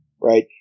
right